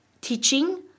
teaching